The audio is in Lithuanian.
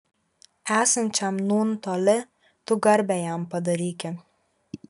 esančiam nūn toli tu garbę jam padaryki